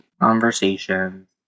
conversations